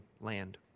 land